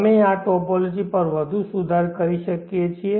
અમે આ ટોપોલોજી પર વધુ સુધાર કરી શકીએ છીએ